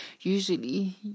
usually